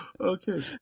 Okay